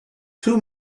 two